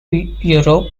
europe